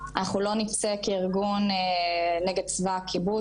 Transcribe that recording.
אנחנו לא נצא כארגון נגד צבא הכיבוש,